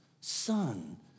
son